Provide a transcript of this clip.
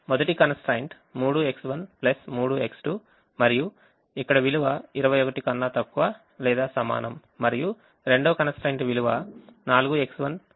కాబట్టి మొదటి constraint 3X1 3X2 మరియు ఇక్కడ విలువ 21 కన్నా తక్కువ లేదా సమానం మరియు రెండవ constraint విలువ 4X1 3X2 ≤ 24